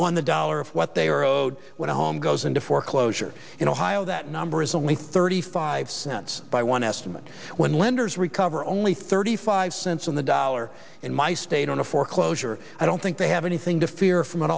on the dollar of what they are owed when a home goes into foreclosure in ohio that number is only thirty five cents by one estimate when lenders recover only thirty five cents on the dollar in my state on a foreclosure i don't think they have anything to fear from an